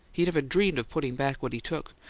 he never dreamed of putting back what he took.